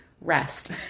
rest